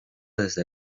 desde